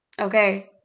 Okay